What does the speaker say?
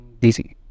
DC